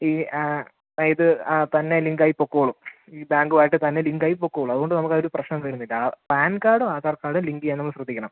ഈ അതായത് ആ തന്നേ ലിങ്കായി പൊക്കോളും ഈ ബാങ്കുവായിട്ട് തന്നേ ലിങ്കായി പൊക്കോളും അതുകൊണ്ട് നമുക്കൊരു പ്രശ്നം വരുന്നില്ല പാൻകാർഡും അധാർകാർഡും ലിങ്ക് ചെയ്യാൻ നമ്മൾ ശ്രദ്ധിക്കണം